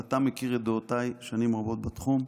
ואתה מכיר את דעותיי שנים רבות בתחום.